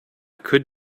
could